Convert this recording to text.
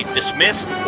dismissed